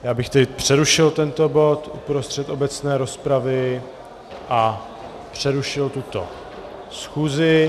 Já bych tedy přerušil tento bod uprostřed obecné rozpravy a přerušil tuto schůzi.